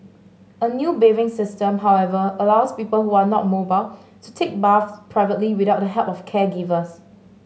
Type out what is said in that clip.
a new bathing system however allows people who are not mobile to take baths privately without the help of caregivers